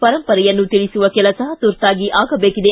ಪರಂಪರೆಯನ್ನು ತಿಳಿಸುವ ಕೆಲಸ ತುರ್ತಾಗಿ ಆಗಬೇಕಿದೆ